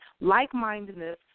Like-mindedness